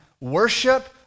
worship